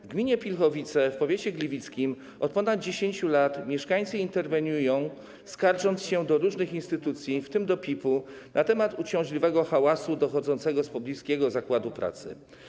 W gminie Pilchowice w powiecie gliwickim od ponad 10 lat mieszkańcy interweniują, skarżąc się do różnych instytucji, w tym do PIP-u, na temat uciążliwego hałasu dochodzącego z pobliskiego zakładu pracy.